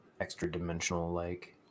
extra-dimensional-like